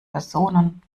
personen